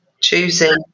choosing